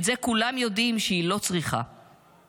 כולם יודעים שהיא לא צריכה את זה.